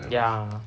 ya